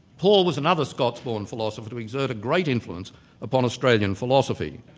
paul was another scots-born philosopher to exert a great influence upon australian philosophy.